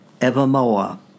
Evermore